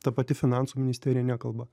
ta pati finansų ministerija nekalba